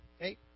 Okay